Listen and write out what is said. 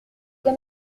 bien